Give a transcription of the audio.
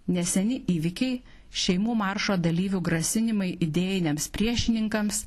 neseni įvykiai šeimų maršo dalyvių grasinimai idėjiniams priešininkams